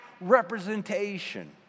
representation